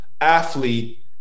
athlete